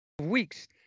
weeks